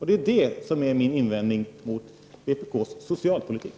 Det är det som är min invändning mot vpk:s socialpolitik.